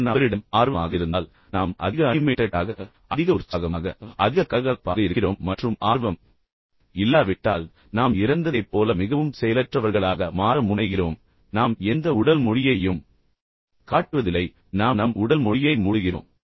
ஒரு நபரிடம் ஆர்வமாக இருந்தால் நாம் அதிக அனிமேட்டட்டாக அதிக உற்சாகமாக அதிக கலகலப்பாக இருக்கிறோம் மற்றும் ஆர்வம் இல்லாவிட்டால் நாம் இறந்ததைப் போல மிகவும் செயலற்றவர்களாக மாற முனைகிறோம் நாம் எந்த உடல் மொழியையும் காட்டுவதில்லை நாம் நம் உடல் மொழியை மூடுகிறோம்